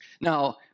Now